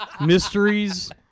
mysteries